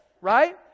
right